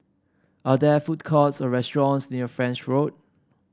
are there food courts or restaurants near French Road